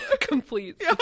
complete